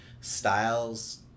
styles